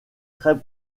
très